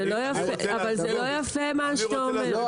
אבל זה לא יפה מה שאתה אומר.